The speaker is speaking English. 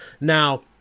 now